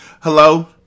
Hello